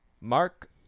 Mark